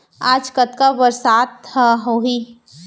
आज कतका बरसात ह होही?